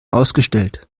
ausgestellt